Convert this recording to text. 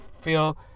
feel